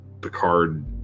Picard